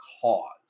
cause